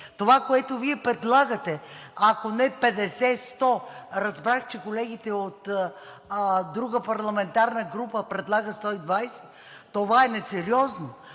Това, което Вие предлагате, ако не 50 – 100 лв., разбрах, че колегите от друга парламентарна група предлагат 120 лв., това е несериозно!